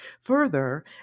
Further